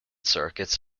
circuits